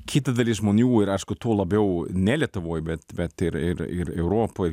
kita dalis žmonių ir aišku tuo labiau ne lietuvoj bet ir ir ir europoj